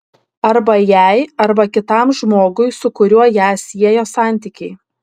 arba jai arba kitam žmogui su kuriuo ją siejo santykiai